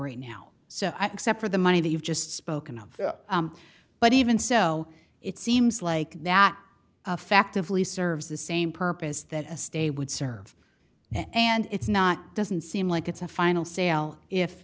right now so i except for the money that you've just spoken of but even so it seems like that affectively serves the same purpose that a stay would serve and it's not doesn't seem like it's a final sale if